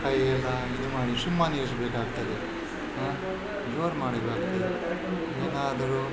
ಕೈಯೆಲ್ಲ ಇದು ಮಾಡಿ ಸುಮ್ಮನೆ ಇರಿಸಬೇಕಾಗ್ತದೆ ಜೋರು ಮಾಡಬಾರದು ಏನಾದರೂ